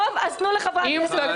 תנו לחברי הכנסת לדבר.